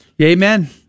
Amen